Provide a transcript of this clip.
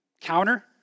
counter